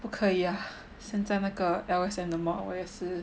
不可以 ah 现在那个 L_S_M the mod 我也是